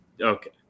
okay